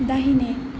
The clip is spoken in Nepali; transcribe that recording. दाहिने